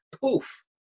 poof